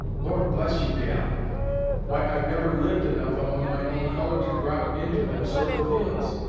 lord bless you gal why i've never lived enough among my own colour to drop into them sort of feelin's